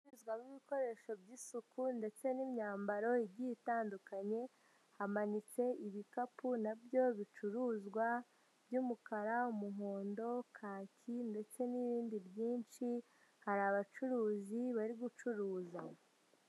Saro irimo bikoresho by'isuku ndetse n'imyambaro igiye itandukanye, hamanitse ibikapu na byo bicuruzwa by'umukara, muhondo, kaki ndetse n'ibindi byinshi, hari abacuruzi bari gucuruza.